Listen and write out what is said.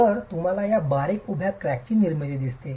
तर तुम्हाला या बारीक उभ्या क्रॅकची निर्मिती दिसते